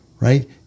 right